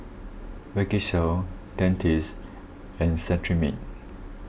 Vagisil Dentiste and Cetrimide